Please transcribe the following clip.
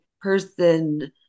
person